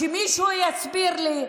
שמישהו יסביר לי.